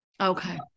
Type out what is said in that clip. okay